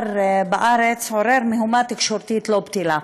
בארץ עורר מהומה תקשורתית לא מבוטלת.